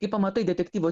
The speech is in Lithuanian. kai pamatai detektyvo